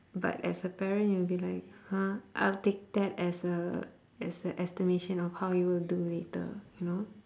but as a parent you'll be like !huh! I'll take that as a as a estimation of how you will do later you know